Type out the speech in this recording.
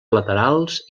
laterals